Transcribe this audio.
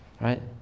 right